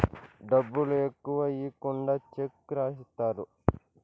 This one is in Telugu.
డబ్బులు ఎక్కువ ఈకుండా చెక్ రాసిత్తారు